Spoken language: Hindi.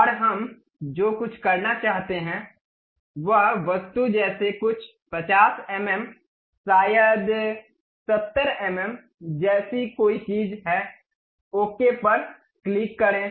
और हम जो कुछ करना चाहते हैं वह वस्तु जैसे कुछ 50 एम एम शायद 70 एम एम जैसी कोई चीज़ है ओके पर क्लिक करें